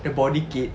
the body kit